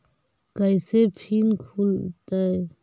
कैसे फिन खुल तय?